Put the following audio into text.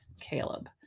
Caleb